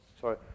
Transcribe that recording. sorry